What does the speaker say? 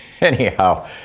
anyhow